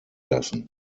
lassen